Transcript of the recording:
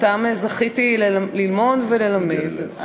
שזכיתי ללמוד וללמד,